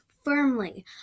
Firmly